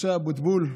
משה אבוטבול,